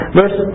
verse